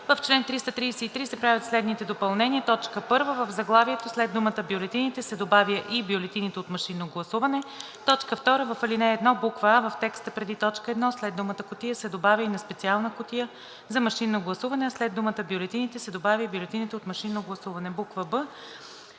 В чл. 333 се правят следните допълнения: „1. В заглавието след думата „бюлетините“ се добавя „и бюлетините от машинно гласуване“. 2. В ал. 1: а) в текста преди т. 1 след думата „кутия“ се добавя „и на специалната кутия за машинно гласуване“, а след думата „бюлетините“ се добавя „и бюлетините от машинно гласуване“.